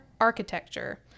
architecture